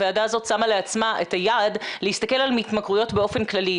הוועדה הזאת שמה לעצמה את היעד להסתכל על התמכרויות באופן כללי,